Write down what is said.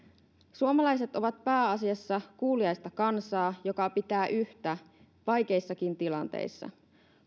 suomalaiset ovat pääasiassa kuuliaista kansaa joka pitää yhtä vaikeissakin tilanteissa